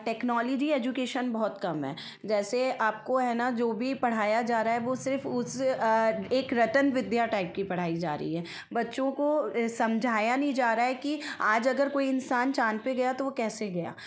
technology education बहुत कम है जैसे आपको है न जो भी पढ़ाया जा रहा है वह सिर्फ़ उस एक रटन विद्या टाइप की पढ़ाई जारी है बच्चों को समझाया नहीं जा रहा है कि आज अगर कोई इंसान चाँद पर गया तो वह कैसे गया